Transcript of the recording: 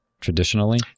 traditionally